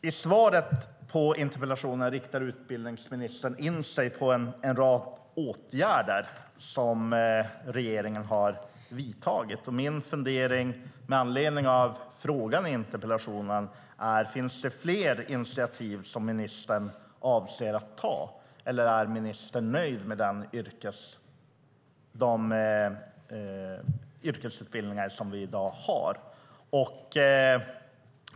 I svaret på interpellationen riktar utbildningsministern in sig på en rad åtgärder som regeringen har vidtagit. Mina funderingar, med anledning av frågan i interpellationen, är: Finns det fler initiativ ministern avser att ta, eller är ministern nöjd med de yrkesutbildningar vi i dag har?